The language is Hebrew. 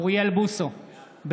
אוריאל בוסו, בעד